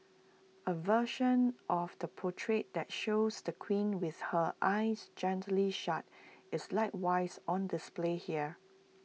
A version of the portrait that shows the queen with her eyes gently shut is likewise on display here